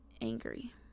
angry